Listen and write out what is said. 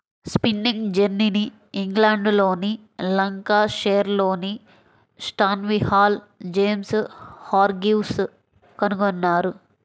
spinning జెన్నీని ఇంగ్లండ్లోని లంకాషైర్లోని స్టాన్హిల్ జేమ్స్ హార్గ్రీవ్స్ కనుగొన్నారు